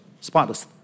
spotless